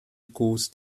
kurz